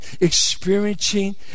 experiencing